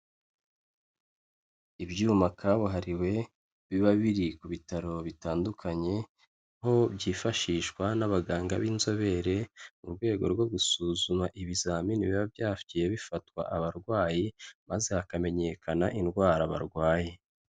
Ibyuma kabuhariwe, biba biri ku bitaro bitandukanye, ho byifashishwa n'abaganga b'inzobere, mu rwego rwo gusuzuma ibizamini biba byafi bifatwa abarwayi, maze hakamenyekana indwara barwaye.